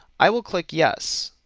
i will click yes,